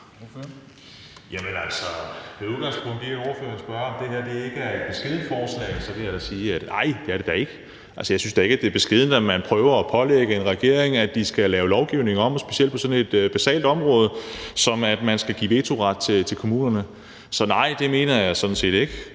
(S): Med udgangspunkt i det, der spørges om, altså om det her ikke er et beskedent forslag, vil jeg sige, at nej, det er det da ikke. Altså, jeg synes da ikke, det er et beskedent, at man prøver at pålægge en regering, at de skal lave lovgivningen om, specielt ikke på sådan et basalt område, som at man skal give vetoret til kommunerne. Så nej, det mener jeg sådan set ikke.